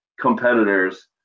competitors